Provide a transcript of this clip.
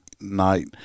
night